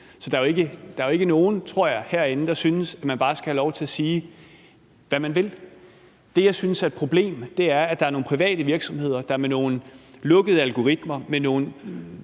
Så der er jo ikke nogen herinde, tror jeg, der synes, at man bare skal have lov til at sige, hvad man vil. Det, jeg synes er et problem, er, at der er nogle private virksomheder, der med nogle lukkede algoritmer og